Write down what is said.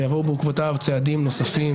ויבואו בעקבותיו צעדים נוספים,